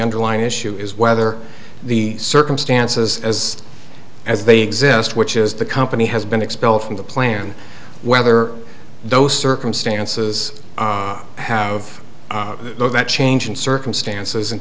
underlying issue is whether the circumstances as as they exist which is the company has been expelled from the plan whether those circumstances have know that change in circumstances and